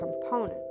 component